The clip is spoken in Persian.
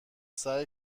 سعی